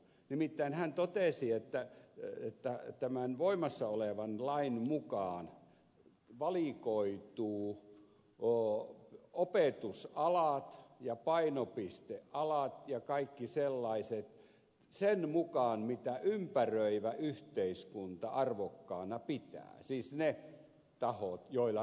nimittäin hän totesi että tämän voimassa olevan lain mukaan valikoituvat opetusalat ja painopistealat ja kaikki sellaiset sen mukaan mitä ympäröivä yhteiskunta arvokkaana pitää siis ne tahot joilla rahaa on